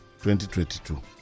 2022